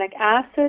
acid